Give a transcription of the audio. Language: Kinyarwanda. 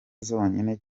zonyine